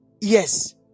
Yes